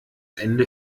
ende